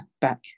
back